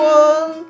one